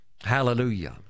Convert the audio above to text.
Hallelujah